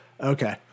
okay